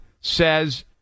says